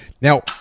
now